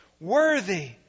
worthy